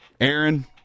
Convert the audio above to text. Aaron